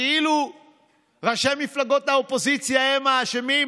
כאילו ראשי מפלגות האופוזיציה הם האשמים.